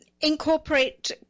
incorporate